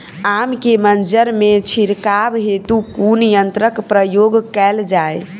आम केँ मंजर मे छिड़काव हेतु कुन यंत्रक प्रयोग कैल जाय?